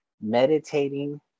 meditating